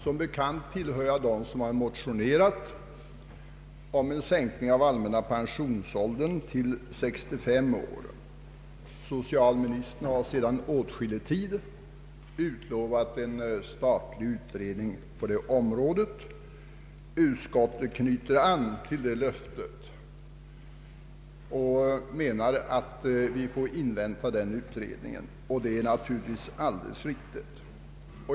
Som bekant tillhör jag dem som motionerat om en sänkning av allmänna pensionsåldern till 65 år. Socialministern har sedan åtskillig tid utlovat en statlig utredning på detta område. Utskottet knyter an till detta löfte och Ang. vidgad förtidspensionering, m.m. menar att vi får invänta denna utredning, och det är naturligtvis alldeles riktigt.